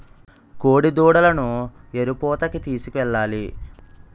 కోడిదూడలను ఎరుపూతకి తీసుకెళ్లాలి